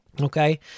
Okay